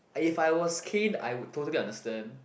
if I was kid I would totally understand